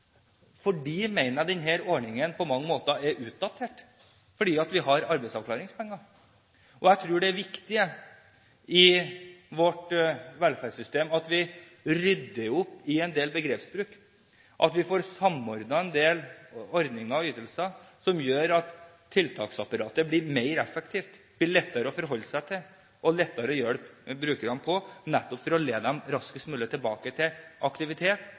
fordi vi har arbeidsavklaringspenger. Jeg tror det er viktig i vårt velferdssystem at vi rydder opp i en del begrepsbruk, at vi får samordnet en del ordninger og ytelser. Dette vil gjøre at tiltaksapparatet blir mer effektivt, blir lettere å forholde seg til, og det blir lettere å hjelpe brukerne – nettopp for å lede dem raskest mulig tilbake til aktivitet,